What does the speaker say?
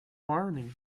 morning